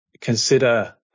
consider